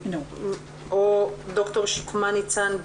פרויקטים.